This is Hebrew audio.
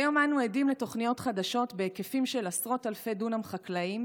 כיום אנו עדים לתוכניות חדשות בהיקפים של עשרות אלפי דונם חקלאיים,